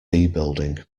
building